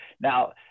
Now